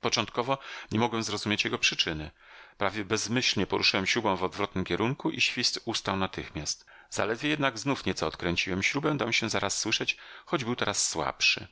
początkowo nie mogłem zrozumieć jego przyczyny prawie bezmyślnie poruszyłem śrubą w odwrotnym kierunku i świst ustał natychmiast zaledwie jednak znów nieco odkręciłem śrubę dał się zaraz słyszeć choć był teraz słabszy